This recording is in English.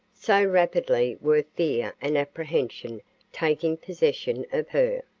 so rapidly were fear and apprehension taking possession of her.